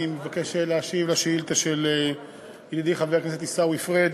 אני מבקש להשיב על השאילתה של ידידי חבר הכנסת עיסאווי פריג'.